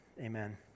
Amen